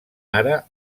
ara